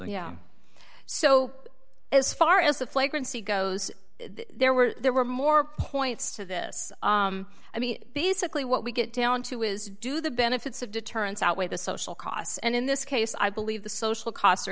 yeah so as far as the flagrant see goes there were there were more points to this i mean basically what we get down to is do the benefits of deterrence outweigh the social costs and in this case i believe the social costs are